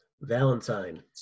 Valentine